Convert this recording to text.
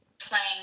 playing